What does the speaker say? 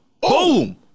Boom